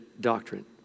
doctrine